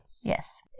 Yes